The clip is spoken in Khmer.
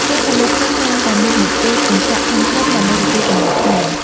ផ្ទះនៅលើភ្នំច្រើនតែមានបង្អួចកញ្ចក់ធំៗដើម្បីទទួលពន្លឺថ្ងៃ។